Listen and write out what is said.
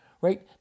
right